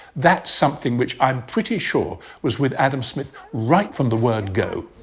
that's something which i'm pretty sure was with adam smith right from the word go.